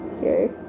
Okay